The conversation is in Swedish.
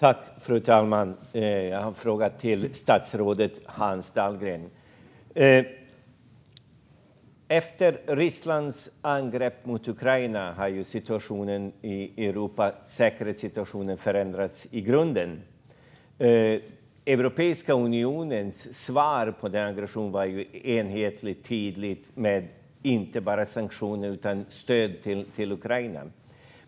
Fru talman! Jag har en fråga till statsrådet Hans Dahlgren. Efter Rysslands angrepp mot Ukraina har ju säkerhetssituationen i Europa förändrats i grunden. Europeiska unionens svar på denna aggression var enhetligt och tydligt med inte bara sanktioner utan också stöd till Ukraina.